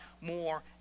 more